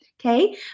Okay